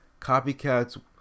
copycats